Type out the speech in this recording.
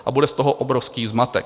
A bude z toho obrovský zmatek.